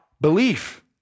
belief